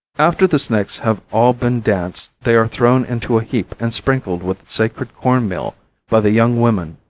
after the snakes have all been danced they are thrown into a heap and sprinkled with sacred corn meal by the young women.